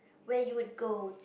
where you would go